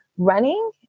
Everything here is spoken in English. running